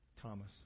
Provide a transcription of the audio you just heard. Thomas